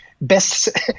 best